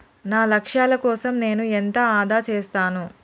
నా లక్ష్యాల కోసం నేను ఎంత ఆదా చేస్తాను?